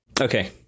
Okay